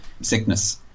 sickness